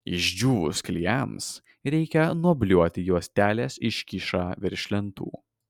išdžiūvus klijams reikia nuobliuoti juostelės iškyšą virš lentų